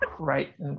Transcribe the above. Right